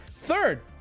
Third